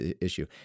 issue